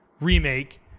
remake